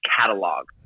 catalog